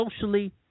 socially